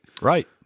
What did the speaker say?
Right